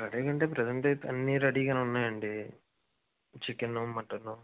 ready నండి present అయితే అన్నీ రెడీ గానే ఉన్నాయండి చికెను మటను